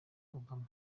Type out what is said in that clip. obama